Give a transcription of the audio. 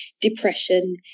depression